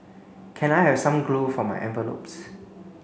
can I have some glue for my envelopes